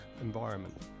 environment